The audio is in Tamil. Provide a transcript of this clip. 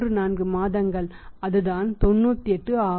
34 மாதங்கள் அதுதான் 98 ஆகும்